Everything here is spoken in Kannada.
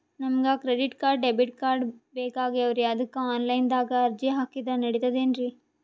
ನಮಗ ಕ್ರೆಡಿಟಕಾರ್ಡ, ಡೆಬಿಟಕಾರ್ಡ್ ಬೇಕಾಗ್ಯಾವ್ರೀ ಅದಕ್ಕ ಆನಲೈನದಾಗ ಅರ್ಜಿ ಹಾಕಿದ್ರ ನಡಿತದೇನ್ರಿ?